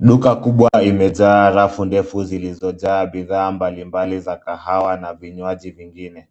Duka kubwa imejaa rafu ndefu zilizojaa bidhaaa mbalimbaliza kahawa na vinywaji vingine.